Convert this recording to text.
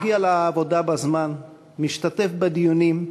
מגיע לעבודה בזמן, משתתף בדיונים,